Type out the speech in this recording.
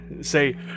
say